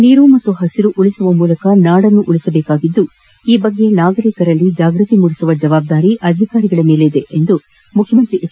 ನೀರು ಮತ್ತು ಹಸಿರು ಉಳಿಸುವ ಮೂಲಕ ನಾಡನ್ನು ಉಳಿಸಬೇಕಾಗಿದ್ದು ಈ ಬಗ್ಗೆ ನಾಗರಿಕರಿಗೆ ಜಾಗೃತಿ ಮೂಡಿಸುವ ಜವಾಬ್ದಾರಿ ಅಧಿಕಾರಿಗಳ ಮೇಲಿದೆ ಎಂದು ಮುಖ್ಯಮಂತ್ರಿ ಎಚ್